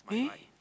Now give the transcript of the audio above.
eh